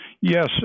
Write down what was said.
Yes